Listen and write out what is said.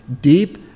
deep